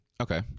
Okay